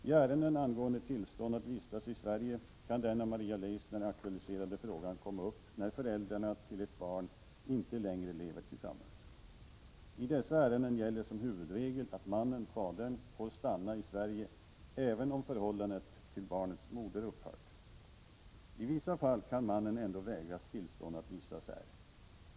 I ärenden angående tillstånd att vistas i Sverige kan den av Maria Leissner aktualiserade frågan komma upp när föräldrarna till ett barn inte längre lever tillsammans. I dessa ärenden gäller som huvudregel att mannen/fadern får stanna i Sverige även om förhållandet till barnets moder upphört. I vissa fall kan mannen ändå vägras tillstånd att vistas här.